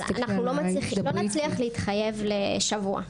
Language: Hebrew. אבל לא נצליח להתחייב לשבוע.